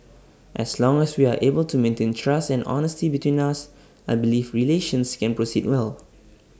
as long as we are able to maintain trust and honesty between us I believe relations can proceed well